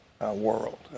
world